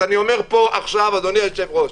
אז אני אומר פה עכשיו, אדוני היושב-ראש,